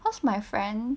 cause my friend